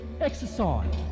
exercise